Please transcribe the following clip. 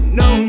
no